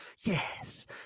Yes